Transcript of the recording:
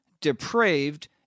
depraved